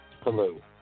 Hello